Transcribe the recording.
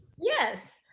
Yes